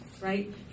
right